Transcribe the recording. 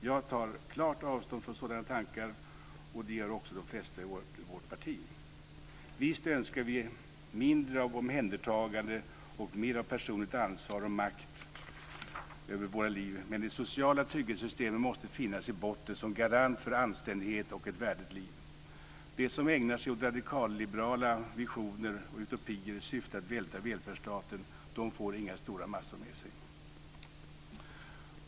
Jag tar klart avstånd från sådana tankar, och det gör också de flesta i vårt parti. Visst önskar vi mindre av omhändertagande och mer av personligt ansvar och makt över våra liv, men de sociala trygghetssystemen måste finnas i botten som garant för anständighet och ett värdigt liv. De som ägnar sig åt radikalliberala visioner och utopier i syfte att välta välfärdsstaten får inga stora massor med sig.